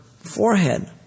forehead